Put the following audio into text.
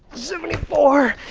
seventy four,